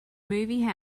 movie